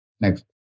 Next